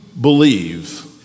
believe